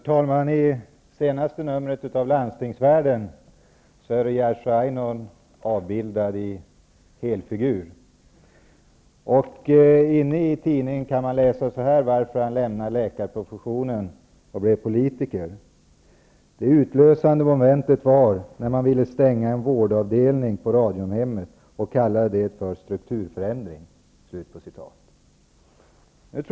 Herr talman! I senaste numret av Landstingsvärlden är Jerzy Einhorn avbildad i helfigur, och inne i tidningen kan man läsa följande om anledningen till att han lämnade läkarprofessionen och blev politiker: Det utlösande momentet var när man ville stänga en vårdavdelning på Radiumhemmet och kallade det för strukturförändring.